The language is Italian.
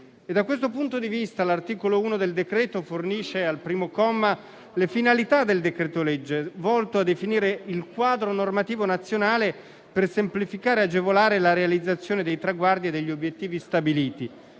Da questo punto di vista, l'articolo 1 del decreto fornisce, al primo comma, le finalità del decreto-legge, volto a definire il quadro normativo nazionale per semplificare e agevolare la realizzazione dei traguardi e degli obiettivi stabiliti,